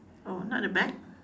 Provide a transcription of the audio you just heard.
oh not at the back